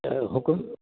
चयो हुकूम